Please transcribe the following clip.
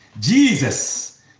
Jesus